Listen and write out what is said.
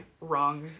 wrong